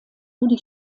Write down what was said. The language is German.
rudi